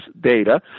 data